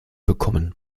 bekommen